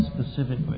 specifically